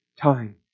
time